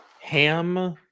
ham